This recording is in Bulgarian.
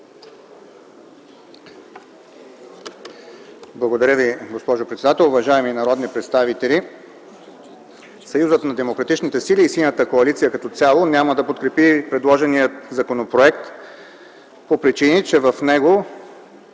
Благодаря Ви, госпожо председател. Уважаеми народни представители, Съюзът на демократичните сили и Синята коалиция като цяло няма да подкрепи предложения законопроект по причини, че в него